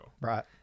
Right